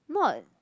not